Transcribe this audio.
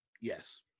Yes